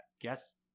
guess